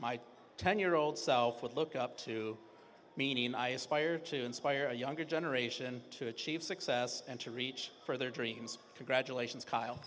my ten year old self would look up to meaning i aspire to inspire a younger generation to achieve success and to reach for their dreams congratulations kyle